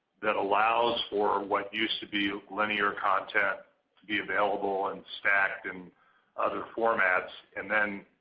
that allows for what used to be liner content to be available and stacked in other formats. and then,